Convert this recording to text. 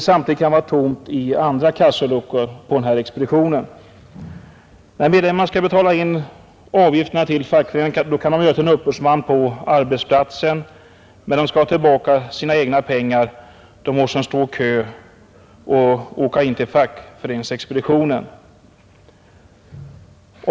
Samtidigt kan det vara tomt i andra kassaluckor på expeditionen. När medlemmarna skall betala in avgifterna till fackföreningen kan de göra det till en uppbördsman på arbetsplatsen, men när de vill ha tillbaka sina egna pengar måste de åka in till fackföreningsexpeditionen och stå i kö där.